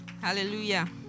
Hallelujah